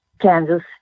Kansas